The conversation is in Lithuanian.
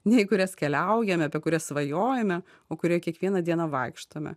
nei į kurias keliaujame apie kurias svajojome o kurioj kiekvieną dieną vaikštome